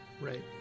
Right